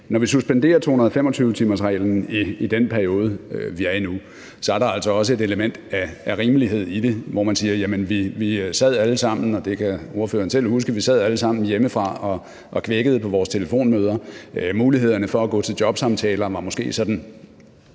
Når vi suspenderer 225-timersreglen i den periode, vi er i nu, så er der altså også et element af rimelighed i det, hvor man siger, at vi sad alle sammen – det kan ordføreren selv huske – hjemmefra og kvækkede på vores telefonmøder, så mulighederne for at gå til jobsamtaler var måske lidt